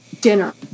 dinner